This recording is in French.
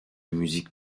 musique